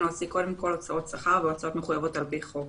להוציא קודם כל הוצאות שכר והוצאות מחויבות על פי חוק.